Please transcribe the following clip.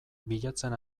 bilatzen